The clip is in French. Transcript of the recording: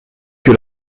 que